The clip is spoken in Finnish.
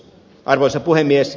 arvoisa puhemies